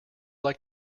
like